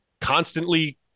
constantly